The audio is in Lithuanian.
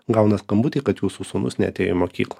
gauna skambutį kad jūsų sūnus neatėjo į mokyklą